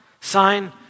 Sign